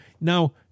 now